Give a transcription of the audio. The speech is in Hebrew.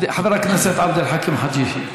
חבר הכנסת עבד אל חכים חאג' יחיא.